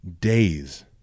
days